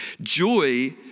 Joy